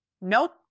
nope